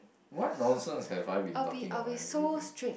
what nonsense have I been talking on a few